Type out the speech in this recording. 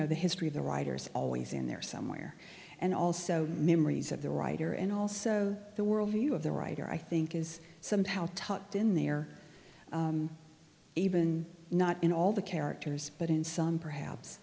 know the history of the writers always in there somewhere and also memories of the writer and also the worldview of the writer i think is somehow tucked in there even not in all the characters but in some perhaps